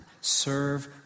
Serve